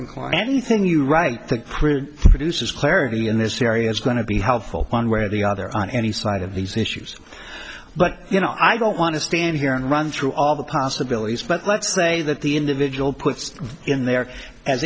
and anything you write pretty produces clarity in this area is going to be helpful one way or the other on any side of these issues but you know i don't want to stand here and run through all the possibilities but let's say that the individual puts in there as